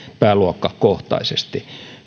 pääluokkakohtaisesti